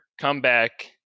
comeback